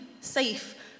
safe